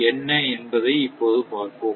என்ன என்பதை இப்போது பார்ப்போம்